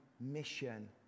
mission